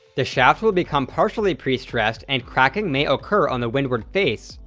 the shaft will become partially pre-stressed and cracking may occur on the windward face,